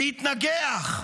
להתנגח,